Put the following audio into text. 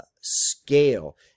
scale